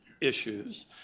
issues